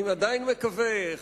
אני עדיין מקווה,